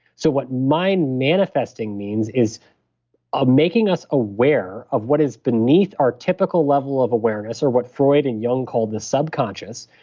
so what mind manifesting means is ah making us aware of what is beneath our typical level of awareness or what freud and jung called the subconscious.